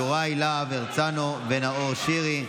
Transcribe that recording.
יוראי להב הרצנו ונאור שירי.